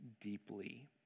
deeply